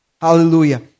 Hallelujah